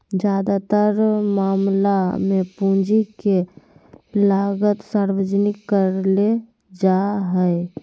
ज्यादातर मामला मे पूंजी के लागत सार्वजनिक करले जा हाई